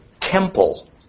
temple